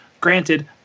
Granted